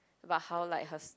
about how like her's